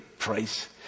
price